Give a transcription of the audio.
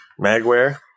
Magware